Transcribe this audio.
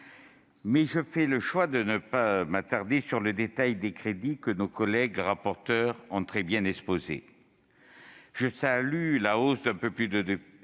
mais je fais le choix de ne pas m'attarder sur le détail des crédits, que nos collègues rapporteurs ont très bien exposé. Je salue la hausse d'un peu plus de